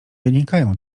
wynikają